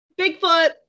Bigfoot